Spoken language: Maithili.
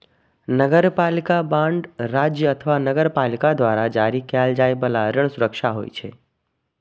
नगरपालिका बांड राज्य अथवा नगरपालिका द्वारा जारी कैल जाइ बला ऋण सुरक्षा होइ छै